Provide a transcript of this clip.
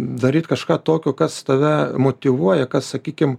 daryt kažką tokio kas tave motyvuoja kas sakykim